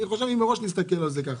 אני חושב מראש להסתכל על זה ככה.